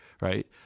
Right